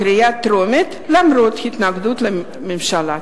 בהצבעה בקריאה הטרומית, למרות התנגדות הממשלה.